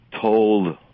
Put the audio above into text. Told